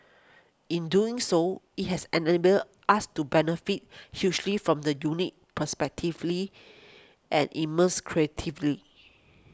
in doing so it has enabled us to benefit hugely from the unique perspectives and immense creativity